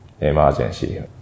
emergency